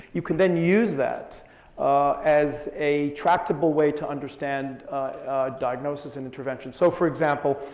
you can then use that as a tractable way to understand diagnosis and intervention. so, for example,